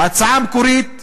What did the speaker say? ההצעה המקורית,